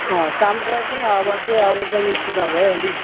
काम सक्यो अब चाहिँ अब चाहिँ निस्किँदा भयो नि